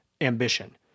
ambition